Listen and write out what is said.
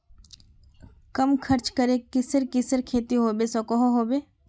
कम खर्च करे किसेर किसेर खेती होबे सकोहो होबे?